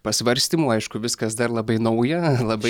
pasvarstymų aišku viskas dar labai nauja labai